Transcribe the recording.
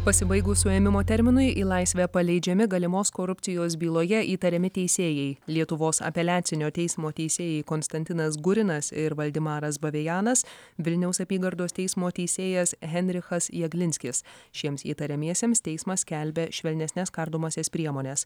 pasibaigus suėmimo terminui į laisvę paleidžiami galimos korupcijos byloje įtariami teisėjai lietuvos apeliacinio teismo teisėjai konstantinas gurinas ir valdemaras bavėjanas vilniaus apygardos teismo teisėjas heinrichas jaglinskis šiems įtariamiesiems teismas skelbia švelnesnes kardomąsias priemones